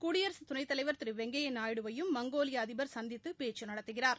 குடியரசு துணைத்தலைவர் திரு வெங்கையா நாயுடுவையும் மங்கோலிய அதிபர் சந்தித்து பேச்க நடத்துகிறார்